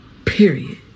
Period